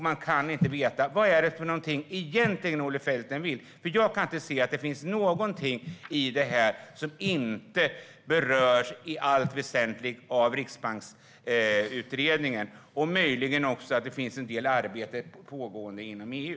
Jag kan inte se att det finns någonting i detta som i allt väsentligt inte berörs av Riksbanksutredningen. Möjligen finns det också en del pågående arbete inom EU.